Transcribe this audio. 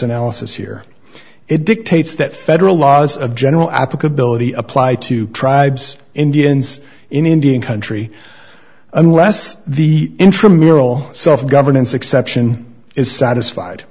analysis here it dictates that federal laws of general applicability apply to tribes indians in indian country unless the intramural self governance exception is satisfied